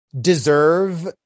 deserve